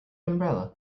umbrella